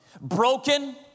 broken